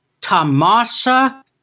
Tomasa